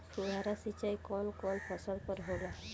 फुहार सिंचाई कवन कवन फ़सल पर होला?